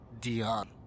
Dion